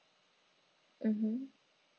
mmhmm